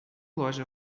loja